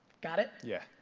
got it? yeah.